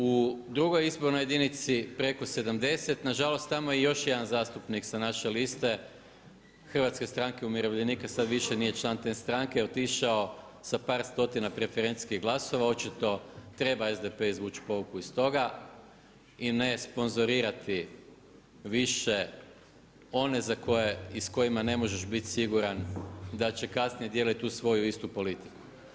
U drugoj izbornoj jedini preko 70, nažalost, tamo je i još jedan zastupnik sa naše liste, Hrvatske stranke umirovljenika, sada više nije član te stranke otišao sa par stotina preferencijskih glasova, očito treba SDP izvući pouku iz toga i ne sponzorirati više one za koje i s kojima ne možeš biti siguran da će kasnije dijeliti tu svoju istu politiku.